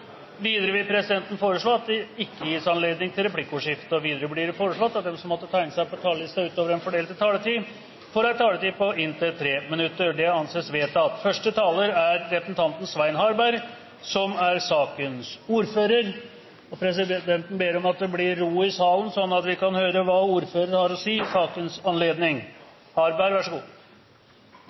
Videre vil presidenten foreslå at det ikke gis anledning til replikkordskifte. Videre blir det foreslått at de som måtte tegne seg på talerlisten utover den fordelte taletid, får en taletid på inntil 3 minutter. – Det anses vedtatt. Første taler er representanten Svein Harberg, som er sakens ordfører. Presidenten ber om at det blir ro i salen, sånn at vi kan høre hva saksordføreren har å si i sakens anledning.